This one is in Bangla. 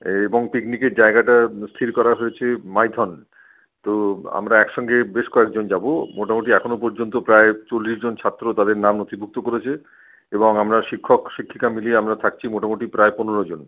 এবং পিকনিকের জায়গায়টা স্থির করা হয়েছে মাইথন তো আমরা একসঙ্গে বেশ কয়েকজন যাবো মোটামোটি এখনও পর্যন্ত প্রায় চল্লিশ জন ছাত্র তাদের নাম নথিভুক্ত করেছে এবং আমরা শিক্ষক শিক্ষিকা মিলিয়ে আমরা থাকছি মোটামোটি প্রায় পনেরো জন